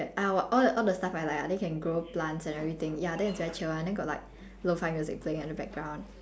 ah all the all the stuff I like lah then you can grow plants and everything ya then it's very chill [one] then got like lo-fi music playing at the background